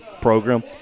Program